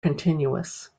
continuous